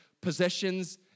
possessions